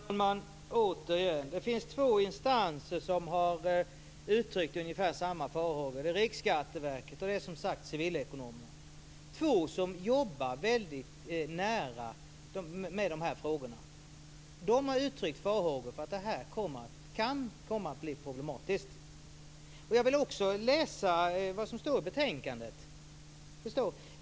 Fru talman! Återigen: Det finns två instanser som har uttryckt ungefär samma farhågor. Det är Riksskatteverket och, som sagts, Civilekonomerna - två instanser som arbetar väldigt nära med dessa frågor. De har uttryckt farhågor för att det här kan komma att bli problematiskt. Jag vill läsa vad som står i betänkandet.